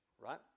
right